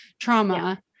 trauma